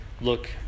look